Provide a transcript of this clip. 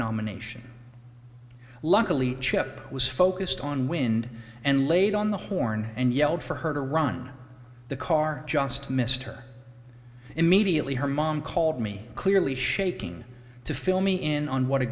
nomination luckily chip was focused on wind and laid on the horn and yelled for her to run the car just missed her immediately her mom called me clearly shaking to fill me in on what a